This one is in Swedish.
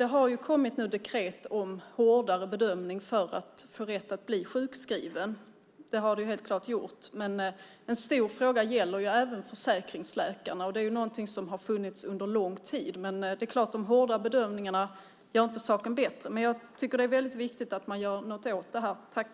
Det har ju kommit dekret om hårdare bedömning för rätten att bli sjukskriven. Men en stor fråga gäller också försäkringsläkarna. De har ju funnits under lång tid. De hårda bedömningarna gör ju inte saken bättre. Jag tycker att det är väldigt viktigt att man gör någonting åt detta.